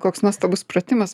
koks nuostabus pratimas